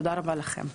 תודה רבה לכם.